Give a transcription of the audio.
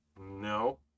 no